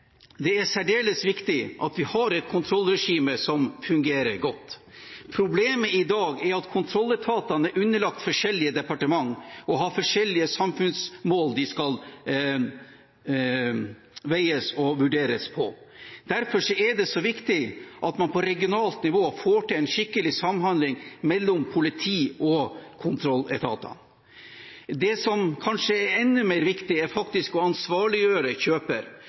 det er særdeles viktig at vi har et kontrollregime som fungerer godt. Problemet i dag er at kontrolletatene er underlagt forskjellige departementer og har forskjellige samfunnsmål de skal veies og vurderes på. Derfor er det så viktig at man på regionalt nivå får til en skikkelig samhandling mellom politi og kontrolletater. Det som kanskje er enda mer viktig, er faktisk å ansvarliggjøre kjøper.